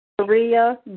Maria